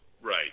Right